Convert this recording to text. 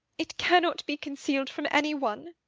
it cannot be concealed from anyone.